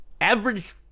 Average